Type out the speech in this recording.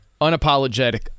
unapologetic